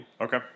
Okay